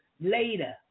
later